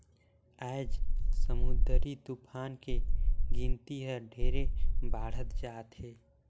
आज समुददरी तुफान के गिनती हर ढेरे बाढ़त जात हे